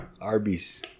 Arby's